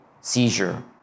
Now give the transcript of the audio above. seizure